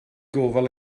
gofal